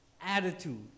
attitude